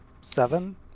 seven